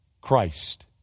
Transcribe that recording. Christ